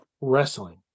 wrestling